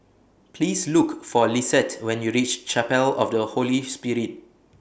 Please Look For Lisette when YOU REACH Chapel of The Holy Spirit